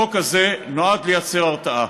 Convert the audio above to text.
החוק הזה נועד לייצר הרתעה.